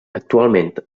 actualment